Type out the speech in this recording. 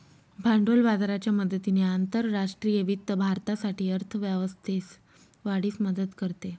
भांडवल बाजाराच्या मदतीने आंतरराष्ट्रीय वित्त भारतासाठी अर्थ व्यवस्थेस वाढीस मदत करते